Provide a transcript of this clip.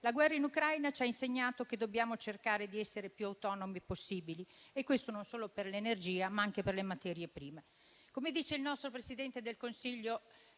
La guerra in Ucraina ci ha insegnato che dobbiamo cercare di essere i più autonomi possibile, per quanto riguarda non solo l'energia, ma anche le materie prime. Come dice il nostro Presidente del Consiglio,